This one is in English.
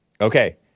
Okay